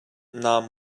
nam